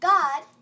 God